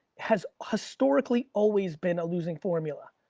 has historically always been a losing formula.